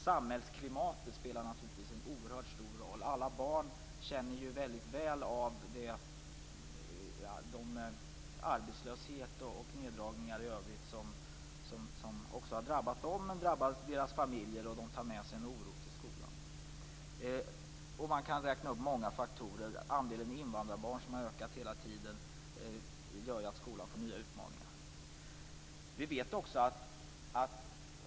Samhällsklimatet spelar naturligtvis en oerhört stor roll. Alla barn känner mycket väl av den arbetslöshet och de neddragningar i övrigt som också har drabbat dem och deras familjer. De tar med sig en oro till skolan. Man kan räkna upp flera faktorer. Andelen invandrarbarn som har ökat hela tiden gör att skolan får nya utmaningar.